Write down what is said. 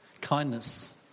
Kindness